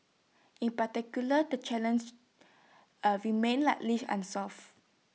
in particular the challenge are remains largely unsolved